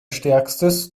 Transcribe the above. stärkstes